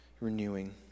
renewing